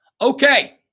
okay